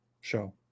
show